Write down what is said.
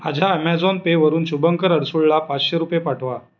माझ्या ॲमेझॉन पेवरून शुभंकर अडसुळला पाचशे रुपये पाठवा